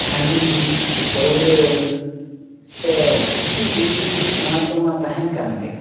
ᱦᱟᱺᱰᱤ ᱯᱟᱹᱣᱨᱟᱹ ᱥᱮ ᱪᱩᱴᱤ ᱵᱤᱲᱤ ᱱᱚᱣᱟ ᱠᱚᱢᱟ ᱛᱟᱦᱮᱱ ᱠᱟᱱ ᱜᱮ